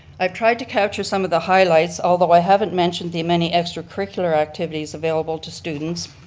i've tried to capture some of the highlights although i haven't mentioned the many extracurricular activities available to students.